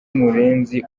murenzi